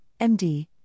MD